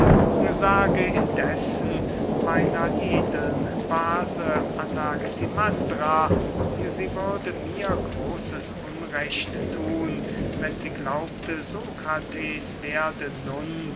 indessen meiner edeln base anaximandra sie würde mir großes unrecht thun wenn sie glaubte sokrates werde nun